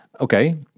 Okay